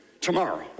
tomorrow